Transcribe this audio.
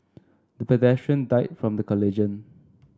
the pedestrian died from the collision